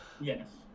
Yes